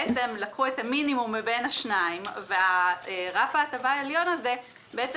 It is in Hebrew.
בעצם לקחו את המינימום מבין השניים ורף ההטבה העליון הזה בעצם